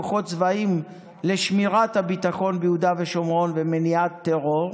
יש כוחות צבאיים לשמירת הביטחון ביהודה ושומרון ומניעת טרור,